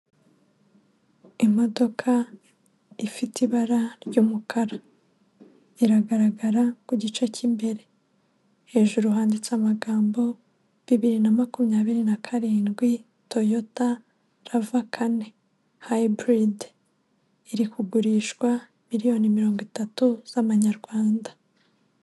Imodoka ifite ibara ry'umukara. iragaragara ku gice cy'imbere. Hejuru handitse amagambo bibiri na makumyabiri na karindwi, TOYOTA RAV4 HYBRID. Iri kugurishwa miliyoni mirongo itatu z'amanyarwanda.